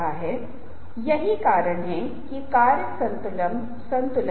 लेकिन क्या यह वास्तव में इस तरह से होता है शायद नहीं शायद मॉडल थोड़ा और अधिक जटिल हो सकता है